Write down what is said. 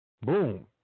Boom